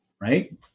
right